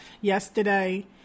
yesterday